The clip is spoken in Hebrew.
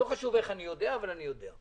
לא חשוב איך אני יודע, אבל אני יודע.